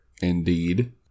Indeed